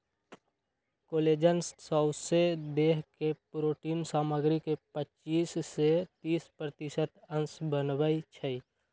collagen सौसे देह के प्रोटिन सामग्री के पचिस से तीस प्रतिशत अंश बनबइ छइ